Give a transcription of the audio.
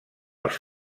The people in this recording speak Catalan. els